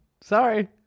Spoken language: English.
Sorry